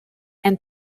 and